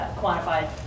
quantified